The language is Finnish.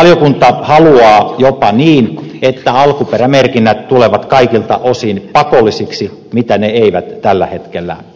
valiokunta haluaa jopa niin että alkuperämerkinnät tulevat kaikilta osin pakollisiksi mitä ne eivät tällä hetkellä ole